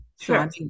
Sure